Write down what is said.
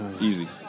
Easy